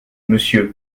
monsieur